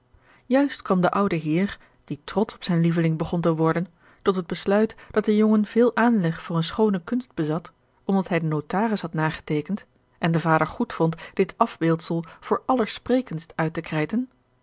juist kwam de oude heer die trotsch op zijn lieveling begon te worden tot het besluit dat de jongen veel aanleg voor eene schoone kunst bezat omdat hij den notaris had nageteekend en de vader goed vond dit afbeeldsel voor allersprekendst uit te krijten